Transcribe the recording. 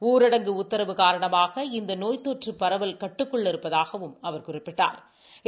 ஊரடங்கு உத்தரவு காரணமாக இந்த நோய் தொற்று பரவல் கட்டுக்குள் இருப்பதாகவும் அவர் குறிப்பிட்டா்